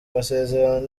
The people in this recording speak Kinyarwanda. masezerano